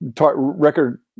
record